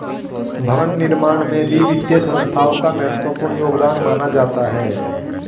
भवन निर्माण में भी वित्तीय संस्थाओं का महत्वपूर्ण योगदान माना जाता है